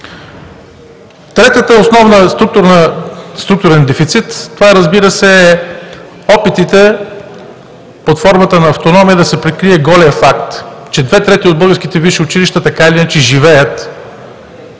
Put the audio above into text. Третият основен структурен дефицит това са, разбира се, опитите под формата на автономия да се прикрие голият факт, че две трети от българските висши училища живеят